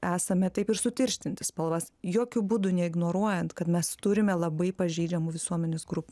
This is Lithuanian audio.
esame taip ir sutirštinti spalvas jokiu būdu neignoruojant kad mes turime labai pažeidžiamų visuomenės grupių